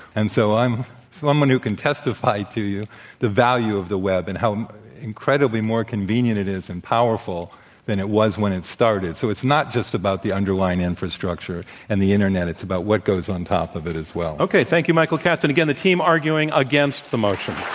and so, i'm someone who can testify to you the value of the web and how um incredibly more convenient it is and powerful than it was when it started. so, it's not just about the underlying infrastructure and the internet it's about what goes on top of it as well. okay, thank you, michael katz. and again, the team arguing against the motion.